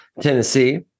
Tennessee